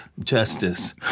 Justice